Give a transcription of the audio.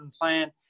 plan